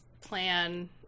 plan